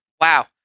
Wow